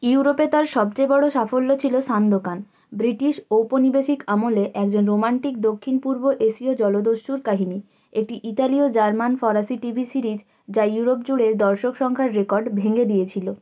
ইউরোপে তাঁর সবচেয়ে বড়ো সাফল্য ছিল সান্ধকান ব্রিটিশ ঔপনিবেশিক আমলে একজন রোমান্টিক দক্ষিণ পূর্ব এশীয় জলদস্যুর কাহিনি একটি ইতালীয় জার্মান ফরাসি টিভি সিরিজ যা ইউরোপ জুড়ে দর্শকসংখ্যার রেকর্ড ভেঙে দিয়েছিলো